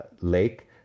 Lake